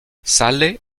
sale